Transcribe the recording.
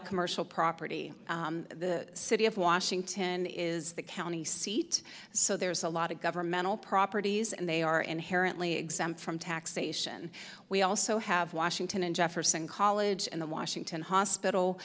of commercial property the city of washington is the county seat so there's a lot of governmental properties and they are inherently exempt from taxation we also have washington and jefferson college and the washington hospital